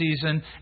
season